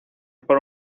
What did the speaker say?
por